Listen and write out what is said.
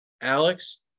Alex